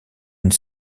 une